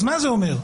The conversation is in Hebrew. אז מה זה אומר?